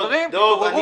דב,